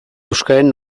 euskararen